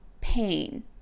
pain